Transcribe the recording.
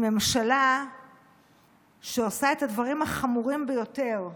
עם ממשלה שעושה את הדברים החמורים ביותר,